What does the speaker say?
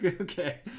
Okay